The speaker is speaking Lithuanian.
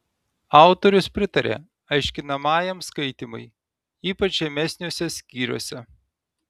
autorius pritaria aiškinamajam skaitymui ypač žemesniuose skyriuose